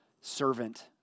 servant